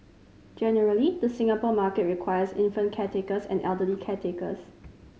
generally the Singapore market requires infant caretakers and elderly caretakers